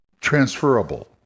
transferable